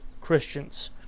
Christians